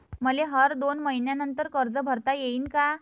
मले हर दोन मयीन्यानंतर कर्ज भरता येईन का?